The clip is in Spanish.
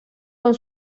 con